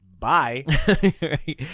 Bye